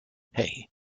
hey